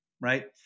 right